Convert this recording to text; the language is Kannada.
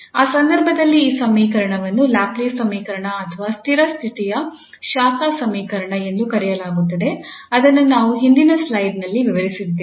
ಆ ಸಂದರ್ಭದಲ್ಲಿ ಈ ಸಮೀಕರಣವನ್ನು ಲ್ಯಾಪ್ಲೇಸ್ ಸಮೀಕರಣ ಅಥವಾ ಸ್ಥಿರ ಸ್ಥಿತಿಯ ಶಾಖ ಸಮೀಕರಣ ಎಂದು ಕರೆಯಲಾಗುತ್ತದೆ ಅದನ್ನು ನಾವು ಹಿಂದಿನ ಸ್ಲೈಡ್ನಲ್ಲಿ ವಿವರಿಸಿದ್ದೇವೆ